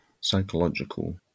psychological